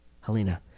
Helena